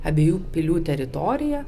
abiejų pilių teritoriją